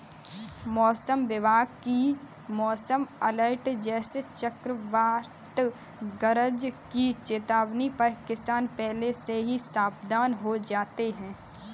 मौसम विभाग की मौसम अलर्ट जैसे चक्रवात गरज की चेतावनी पर किसान पहले से ही सावधान हो जाते हैं